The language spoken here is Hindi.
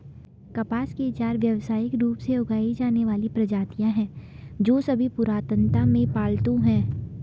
कपास की चार व्यावसायिक रूप से उगाई जाने वाली प्रजातियां हैं, जो सभी पुरातनता में पालतू हैं